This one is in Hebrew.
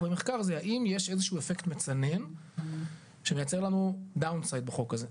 במחקר זה האם יש איזה שהוא אפקט מצנן שמייצר לנו דאון סייד בחוק הזה,